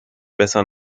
besser